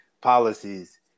policies